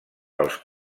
pels